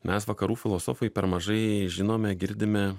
mes vakarų filosofai per mažai žinome girdime